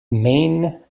main